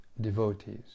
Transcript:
devotees